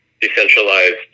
decentralized